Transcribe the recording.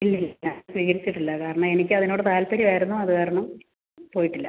ഇല്ല സ്വീകരിച്ചിട്ടില്ല കാരണം എനിക്ക് അതിനോട് താൽപ്പര്യമായിരുന്നു അത് കാരണം പോയിട്ടില്ല